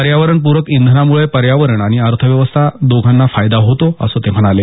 पर्यावरणपूरक इंधनामुळे पर्यावण आणि अर्थव्यवस्था दोघांना फायदा होतो असं ते म्हणाले